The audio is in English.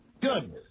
Good